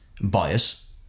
bias